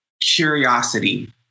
curiosity